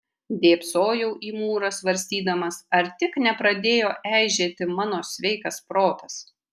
dėbsojau į mūrą svarstydamas ar tik nepradėjo eižėti mano sveikas protas